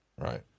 Right